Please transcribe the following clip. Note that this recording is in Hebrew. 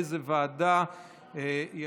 כשישנים שנת צוהריים ככה זה נראה.